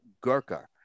Gurkha